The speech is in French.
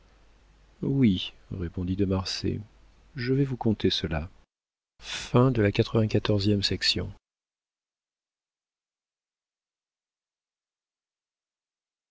oui répondit de marsay je vais vous conter cela